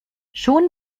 schon